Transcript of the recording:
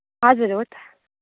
हजुर हो त